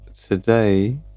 today